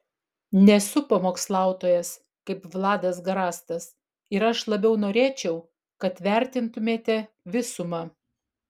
nesu pamokslautojas kaip vladas garastas ir aš labiau norėčiau kad vertintumėte visumą